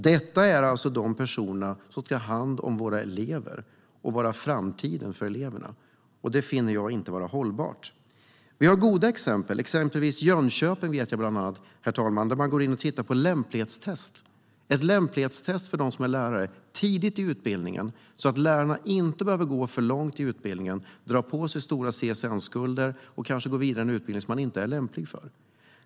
Det är alltså dessa personer som ska ta hand om våra elever och vara framtiden för eleverna. Det är inte hållbart. Herr talman! Det finns goda exempel. I Jönköping gör man lämplighetstest på lärarstudenter tidigt i utbildningen så att man inte behöver gå för länge och dra på sig stora CSN-skulder på en utbildning man inte är lämplig för.